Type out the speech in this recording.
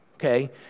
Okay